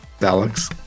Alex